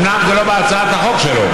אומנם זה לא בהצעת החוק שלו,